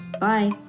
Bye